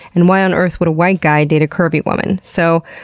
and why on earth would a white guy date a curvy woman? so,